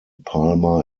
palmer